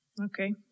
Okay